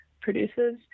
produces